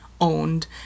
owned